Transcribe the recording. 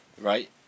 right